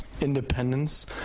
Independence